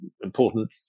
important